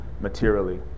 materially